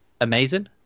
amazing